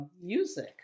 music